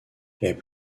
est